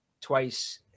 twice